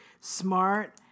smart